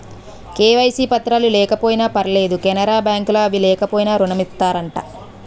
KYC పత్రాలు లేకపోయినా పర్లేదు కెనరా బ్యాంక్ లో అవి లేకపోయినా ఋణం ఇత్తారట